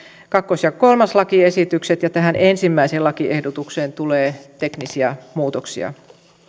toinen ja kolmas lakiesitykset ja tähän ensimmäiseen lakiehdotukseen tulee teknisiä muutoksia